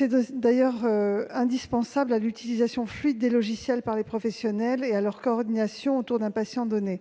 elle est d'ailleurs indispensable à l'utilisation fluide des logiciels par les professionnels et à leur coordination autour d'un patient donné.